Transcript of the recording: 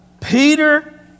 Peter